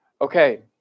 Okay